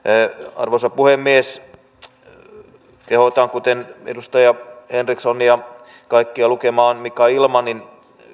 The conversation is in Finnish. arvoisa puhemies kehotan kuten edustaja henriksson kaikkia lukemaan mika illmanin